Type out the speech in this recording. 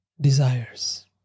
desires